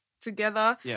together